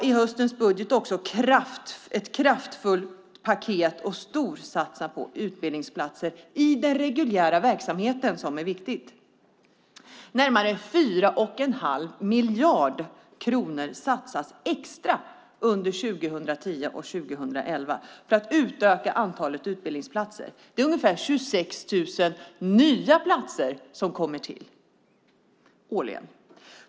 I höstens budget från regeringen finns ett kraftfullt paket som innebär att man storsatsar på utbildningsplatser i den reguljära verksamheten. Det är viktigt. Man satsar närmare 4 1⁄2 miljarder kronor extra under 2010 och 2011 för att utöka antalet utbildningsplatser. Det är ungefär 26 000 nya platser som årligen tillkommer.